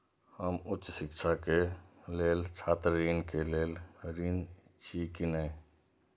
हम उच्च शिक्षा के लेल छात्र ऋण के लेल ऋण छी की ने?